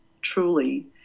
truly